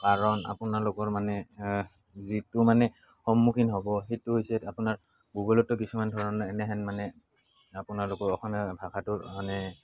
কাৰণ আপোনালোকৰ মানে যিটো মানে সন্মুখীন হ'ব সেইটো হৈছে আপোনাৰ গুগুলটো কিছুমান ধৰক এনেহেন মানে আপোনালোকৰ অসমীয়া ভাষাটো মানে